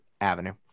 Avenue